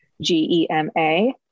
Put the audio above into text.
G-E-M-A